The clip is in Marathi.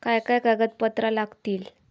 काय काय कागदपत्रा लागतील?